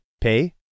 pay